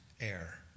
air